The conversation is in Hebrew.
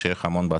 שיהיה לך בהצלחה.